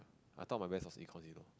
I thought my best was econs you know